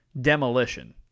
demolition